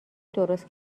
درست